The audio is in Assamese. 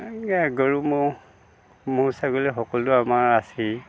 গৰু ম'হ ম'হ ছাগলী সকলো আমাৰ আছেই